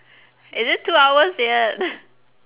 is it two hours yet